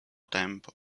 tempo